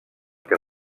que